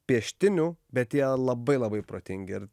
pieštinių bet jie labai labai protingi ir